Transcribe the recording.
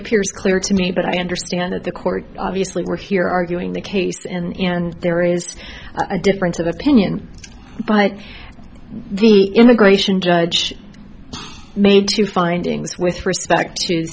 appears clear to me but i understand that the court obviously we're here arguing the case and there is a difference of opinion by the immigration judge made two findings with respect to